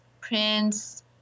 Prince